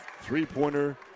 three-pointer